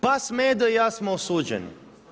Pas Medo i ja smo osuđeni.